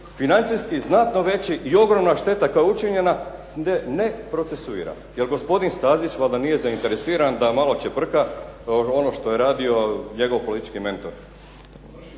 financijski znatno veći i ogromna šteta koja je učinjena ne procesuira jer gospodin Stazić valjda nije zainteresiran da malo čeprka ono što je radio njegov politički mentor.